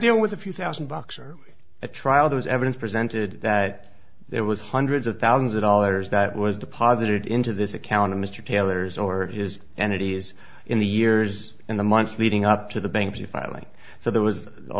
deal with a few thousand bucks or a trial there is evidence presented that there was hundreds of thousands of dollars that was deposited into this account to mr taylor's or his and it is in the years in the months leading up to the bank the filing so there was a